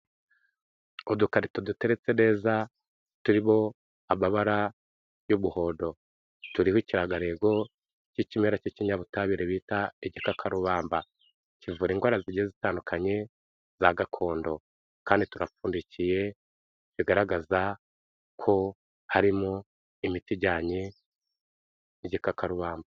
Udukarito duteretse neza turimo amabara y'umuhondo, turiho iki ikirangantego k'ikimera k'ikinyabutabire bita igikakarubamba kivura indwara zigiye zitandukanye za gakondo kandi turapfundikiye bigaragaza ko harimo imiti ijyanye n'igikakarubamba.